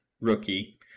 rookie